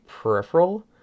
peripheral